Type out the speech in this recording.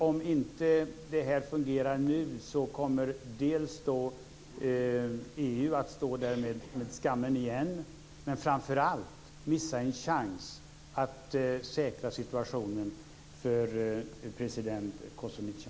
Om det här inte fungerar nu kommer EU dels att stå där med skammen igen, dels framför allt missa en chans att säkra situationen för president Kostunica.